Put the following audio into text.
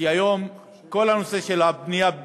כי היום כל הנושא של הבנייה הבלתי-מורשית,